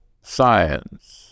science